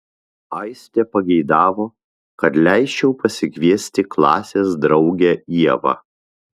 aistė pageidavo kad leisčiau pasikviesti klasės draugę ievą